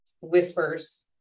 whispers